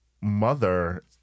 mother